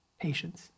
patience